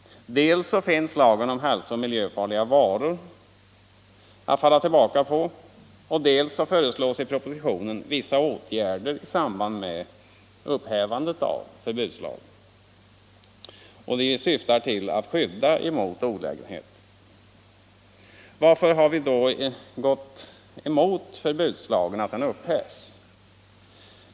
Dels finns nu lagen om hälsooch miljöfarliga varor att falla tillbaka på, dels föreslås i propositionen vissa åtgärder i samband med upphävandet av förbudslagen, vilka syftar till att skydda mot olägenheter. Varför har vi då gått emot att förbudslagen nu upphävs?